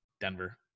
denver